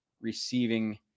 receiving